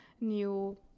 new